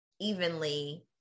evenly